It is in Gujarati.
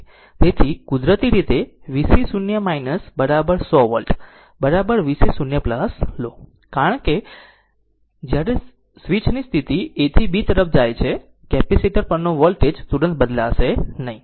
તેથી કુદરતી રીતે VC 0 100 વોલ્ટ VC 0 લો કારણ કે જ્યારે સ્વીચ ની સ્થિતિ A થી B તરફ જાય છે કેપેસિટર પરનો વોલ્ટેજ તુરંત બદલશે નહીં